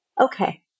Okay